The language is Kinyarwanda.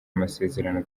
amasezerano